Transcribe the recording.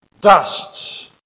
Dust